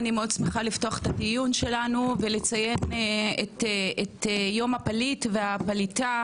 אני מאוד שמחה לפתוח את הדיון שלנו ולציין את יום הפליט והפליטה